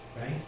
Right